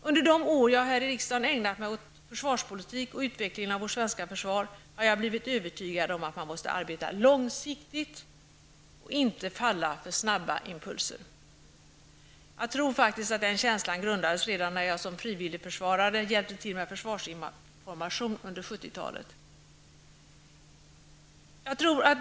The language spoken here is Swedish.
Under de år jag här i riksdagen ägnat mig åt försvarspolitik och utvecklingen av vårt svenska försvar, har jag blivit övertygad om att man måste arbeta långsiktigt och inte falla för snabba impulser. Jag tror att den känslan grundades redan när jag som frivilligförsvarare hjälpte till med försvarsinformation under 70-talet.